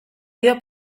dio